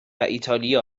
ایتالیا